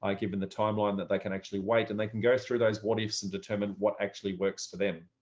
i give them the timeline that they can actually wait and they can go through those what ifs and determine what actually works for them.